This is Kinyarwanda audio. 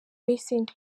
racing